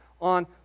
On